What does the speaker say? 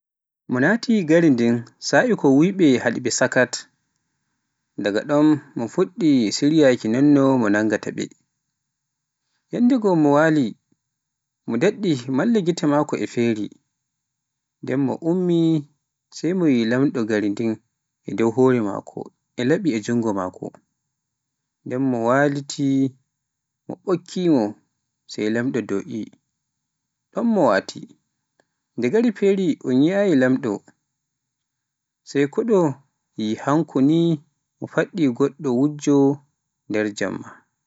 Mo naati gari din sa'I ko woyɓe haɗiɓe sakat, daga ɓon mo fuɗɗi siryaaki nonno o nanngata ɓe, yanndego mo wali ba mo daɗɗi malla gite maako e feri, nde mo ummi sai mo yi lamɗo gari din e dow hore maako e laɓi e joogo maako, nde o waliti mo ɓokki mo, sai lamɗo do'ii, ɗon mo waati, nde gari feri un yiiayi lamɗo to sai koɗo yi hanko fa mo faɗɗi goɗɗo gujjo jemma.